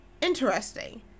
Interesting